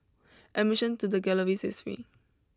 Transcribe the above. admission to the galleries is free